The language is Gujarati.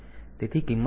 તેથી કિંમત ગમે તે હોય